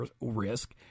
risk